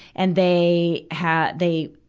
and they have, they,